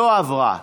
לא עברה.